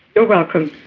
you're welcome.